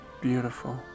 beautiful